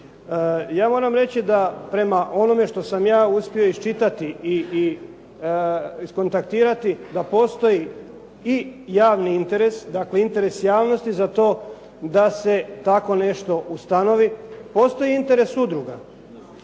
Ja moram reći da prema onome što sam ja uspio iščitati i iskontaktirati da postoji i javni interes, dakle interes javnosti za to da se tako nešto ustanovi. Postoji interes udruga.